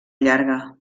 llarga